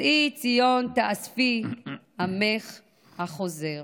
שאי ציון תאספי עמך החוזר.